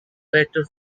better